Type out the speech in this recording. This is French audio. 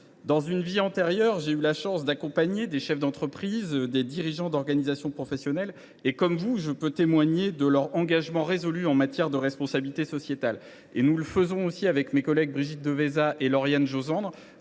Dans une vie antérieure, j’ai eu la chance d’accompagner des chefs d’entreprise et des dirigeants d’organisation professionnelle. Comme vous, je peux témoigner de leur engagement résolu en matière de responsabilité sociétale. Mes collègues Brigitte Devésa, Lauriane Josende